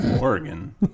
Oregon